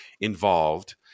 involved